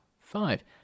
Five